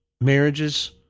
marriages